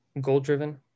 goal-driven